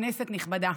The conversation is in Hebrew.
כנסת נכבדה,